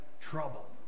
trouble